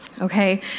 Okay